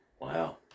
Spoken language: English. Wow